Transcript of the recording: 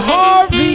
Harvey